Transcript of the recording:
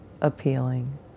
appealing